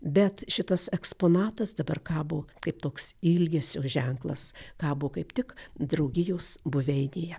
bet šitas eksponatas dabar kabo kaip toks ilgesio ženklas kabo kaip tik draugijos buveinėje